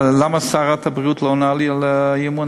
למה שרת הבריאות לא עונה לי על האי-אמון?